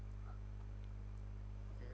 ya